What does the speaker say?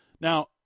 Now